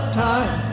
time